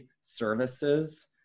Services